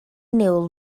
niwl